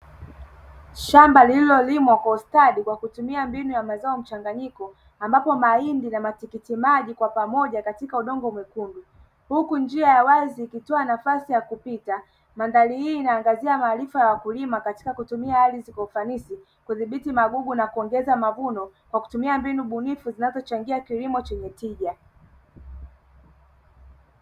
Shamba lililolimwa kwa ustadi kwa kutumia mbinu ya mazao mchanganyiko ambapo mahindi na matikiti maji kwa pamoja katika udongo mwekundu huku njia ya wazi ikitoa nafasi ya kupita mandhari hii inaangazia maarifa ya wakulima katika kutumia ardhi kwa ufanisi kudhibiti magugu na kuongeza mavuno kwa kutumia mbinu ubunifu zinazochangia kilimo chenye tija.